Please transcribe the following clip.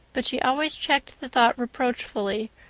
but she always checked the thought reproachfully,